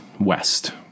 West